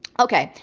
okay.